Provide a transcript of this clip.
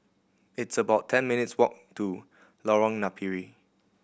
it's about ten minutes' walk to Lorong Napiri